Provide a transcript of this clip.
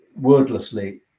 wordlessly